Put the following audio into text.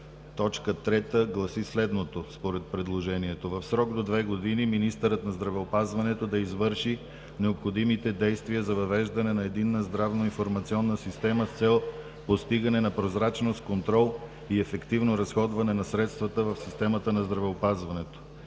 Точка 3 от предложението гласи следното: „3. В срок до две години министърът на здравеопазването да извърши необходимите действия за въвеждане на Единна здравно-информационна система с цел постигане на прозрачност, контрол и ефективно разходване на средствата в системата на здравеопазването.“